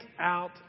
out